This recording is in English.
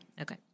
Okay